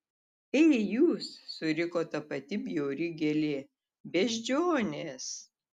ei jūs suriko ta pati bjauri gėlė beždžionės